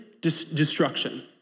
destruction